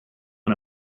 and